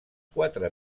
quatre